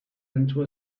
into